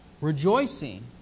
rejoicing